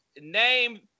Name